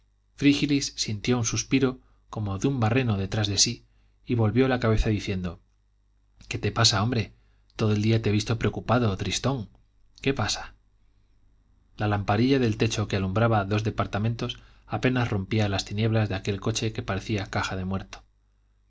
frígilis sintió un suspiro como un barreno detrás de sí y volvió la cabeza diciendo qué te pasa hombre todo el día te he visto preocupado tristón qué pasa la lamparilla del techo que alumbraba dos departamentos apenas rompía las tinieblas de aquel coche que parecía caja de muerto